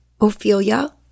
Ophelia